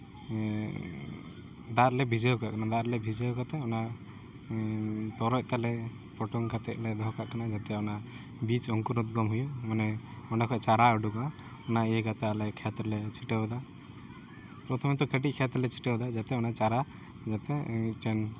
ᱫᱟᱜ ᱨᱮᱞᱮ ᱵᱷᱤᱡᱟᱹᱣ ᱠᱟᱜ ᱠᱟᱱᱟ ᱫᱟᱜ ᱨᱮ ᱵᱷᱤᱡᱟᱹᱣ ᱠᱟᱛᱮ ᱚᱱᱟ ᱛᱚᱨᱚᱡ ᱛᱮᱞᱮ ᱯᱚᱴᱚᱢ ᱠᱟᱛᱮ ᱞᱮ ᱫᱚᱦᱚ ᱠᱟᱜ ᱠᱟᱱᱟ ᱡᱟᱛᱮ ᱚᱱᱟ ᱵᱤᱡᱽ ᱚᱝᱠᱩᱨᱳᱫᱽᱜᱚᱢ ᱦᱩᱭᱩᱜ ᱢᱟᱱᱮ ᱚᱱᱟ ᱠᱷᱚᱡ ᱪᱟᱨᱟ ᱩᱰᱩᱠᱚᱜ ᱚᱱᱟ ᱤᱭᱟᱹ ᱠᱟᱛᱮ ᱟᱞᱮ ᱠᱷᱮᱛ ᱨᱮᱞᱮ ᱪᱷᱤᱴᱟᱹᱣᱮᱫᱟ ᱯᱨᱚᱛᱷᱚᱢᱚᱛᱚ ᱠᱟᱹᱴᱤᱡ ᱠᱷᱮᱛ ᱨᱮᱞᱮ ᱪᱷᱤᱴᱟᱹᱣᱮᱫᱟ ᱡᱟᱛᱮ ᱚᱱᱟ ᱪᱟᱨᱟ ᱡᱟᱛᱮ ᱢᱤᱫᱴᱮᱱ